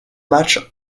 matchs